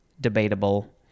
Debatable